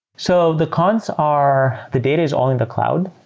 so the cons are the data is all in the cloud.